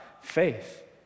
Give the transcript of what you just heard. faith